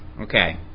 Okay